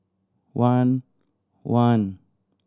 one one